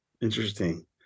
Interesting